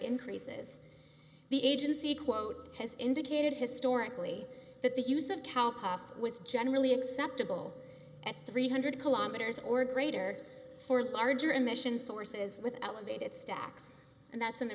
increases the agency quote has indicated historically that the use of cowpox was generally acceptable at three hundred kilometers or greater for larger emission sources with elevated stacks and that's in the